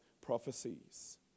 prophecies